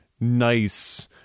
nice